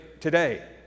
today